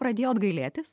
pradėjot gailėtis